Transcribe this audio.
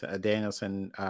Danielson